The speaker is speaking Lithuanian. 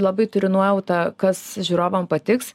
labai turiu nuojautą kas žiūrovam patiks